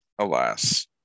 alas